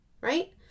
right